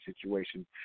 situation